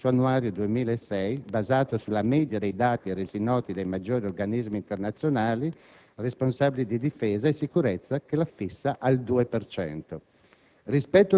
La nota aggiuntiva 2007 del Ministero della difesa continua a sostenere che la spesa militare italiana corrisponde allo 0,84 per